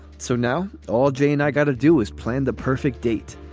so now all jane, i got to do is plan the perfect date.